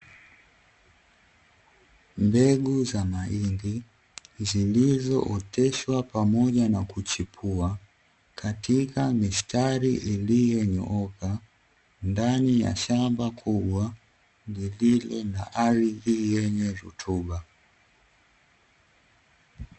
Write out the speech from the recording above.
Mbegu za mahindi zilizooteshwa pamoja na kuchipua katika mistari iliyonyooka ndani ya shamba kubwa lililo na ardhi yenye rutuba.